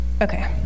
Okay